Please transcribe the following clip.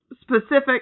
specific